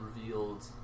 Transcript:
revealed